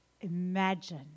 Imagine